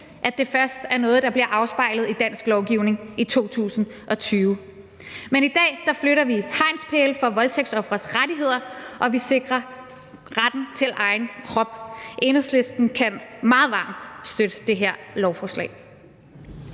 at det først er noget, der bliver afspejlet i dansk lovgivning i 2020. Men i dag flytter vi hegnspæle for voldtægtsofres rettigheder, og vi sikrer retten til egen krop. Enhedslisten kan meget varmt støtte det her lovforslag.